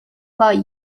about